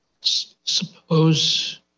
Suppose